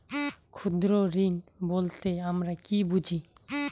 ক্ষুদ্র ঋণ বলতে আমরা কি বুঝি?